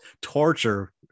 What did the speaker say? torture